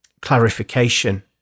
clarification